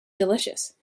delicious